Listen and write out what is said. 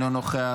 אינו נוכח,